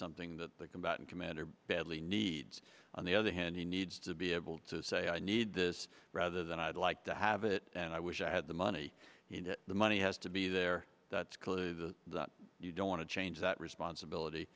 something that the combatant commander badly needs on the other hand he needs to be able to say i need this rather than i'd like to have it and i wish i had the money the money has to be there that's clearly the you don't want to change that responsibility